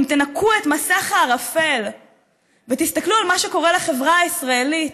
אם תנקו את מסך הערפל ותסתכלו על מה שקורה לחברה הישראלית,